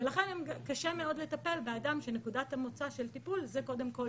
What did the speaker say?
ולכן קשה מאוד לטפל באדם שנקודת המוצא של טיפול זה קודם כל